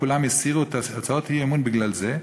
כולן הסירו את הצעות האי-אמון בגלל זה,